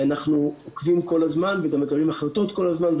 אנחנו עוקבים כל הזמן וגם מקבלים החלטות כל הזמן.